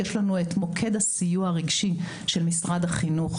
יש לנו את מוקד הסיוע הרגשי של משרד החינוך,